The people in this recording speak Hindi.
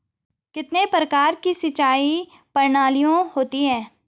कितने प्रकार की सिंचाई प्रणालियों होती हैं?